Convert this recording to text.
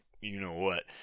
you-know-what